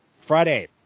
Friday